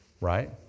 Right